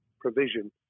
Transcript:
provision